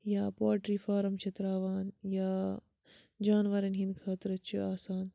یا poultry farm چھِ ترٛاوان یا جانوَرَن ہِنٛدۍ خٲطرٕ چھِ آسان